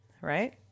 right